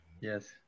Yes